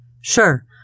Sure